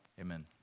amen